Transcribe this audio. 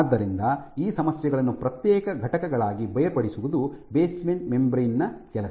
ಆದ್ದರಿಂದ ಈ ಸಮಸ್ಯೆಗಳನ್ನು ಪ್ರತ್ಯೇಕ ಘಟಕಗಳಾಗಿ ಬೇರ್ಪಡಿಸುವುದು ಬೇಸ್ಮೆಂಟ್ ಮೆಂಬರೇನ್ ಕೆಲಸ